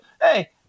hey